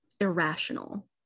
irrational